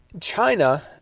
China